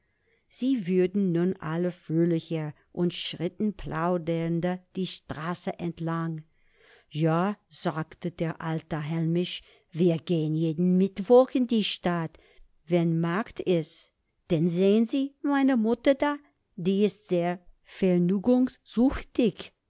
sie wurden nun alle fröhlicher und schritten plaudernd die straße entlang ja sagte der alte hellmich wir gehen jeden mittwoch in die stadt wenn markt is denn sehn sie meine mutter da die is sehr